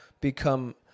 become